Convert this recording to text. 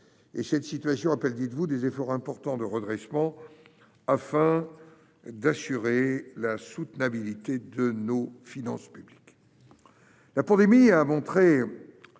Cette situation exige, dites-vous, des efforts importants de redressement afin d'assurer la soutenabilité de nos finances publiques.